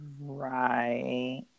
Right